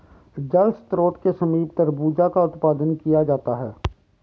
जल स्रोत के समीप तरबूजा का उत्पादन किया जाता है